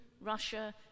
Russia